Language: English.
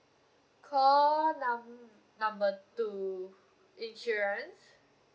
call num~ number two insurance